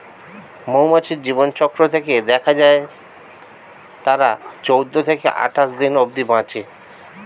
মৌমাছির জীবনচক্র থেকে দেখা যায় তারা চৌদ্দ থেকে আটাশ দিন অব্ধি বাঁচে